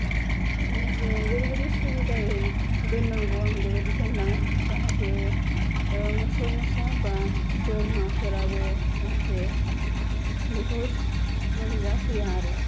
जेरैबादि सुबिदायै दोननांगौ आं बेबायदि दोनलाङो जाहाथे मोसौ मोसा बा बोरमाफोराबो जाहाथे बेखौ मोनजाफैया आरो